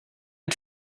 ein